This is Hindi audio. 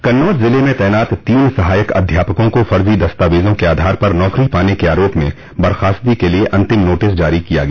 कन्नौज जिले में तैनात तीस सहायक अध्यापकों को फर्जी दस्तावजों के आधार पर नौकरी पाने के आरोप में बर्खास्तगी के लिए अंतिम नोटिस जारी किया गया